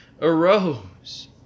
arose